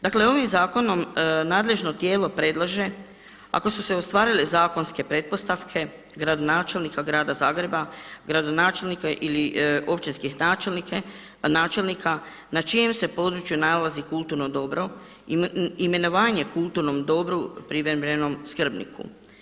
Dakle, ovim zakonom nadležno tijelo predlaže ako su se ostvarile zakonske pretpostavke gradonačelnika grada Zagreba, gradonačelnika ili općinskih načelnika na čijem se području nalazi kulturno dobro imenovanje kulturnom dobru privremenom skrbniku.